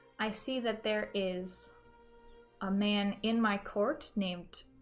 i see that there is a man in my court named